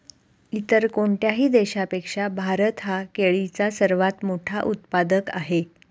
इतर कोणत्याही देशापेक्षा भारत हा केळीचा सर्वात मोठा उत्पादक आहे